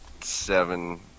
seven